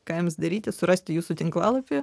ką jiems daryti surasti jūsų tinklalapį